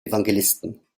evangelisten